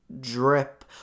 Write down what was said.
drip